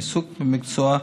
עיסוק במקצוע,